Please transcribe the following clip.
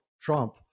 Trump